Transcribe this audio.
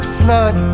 flood